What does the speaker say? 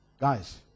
guys